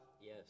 Yes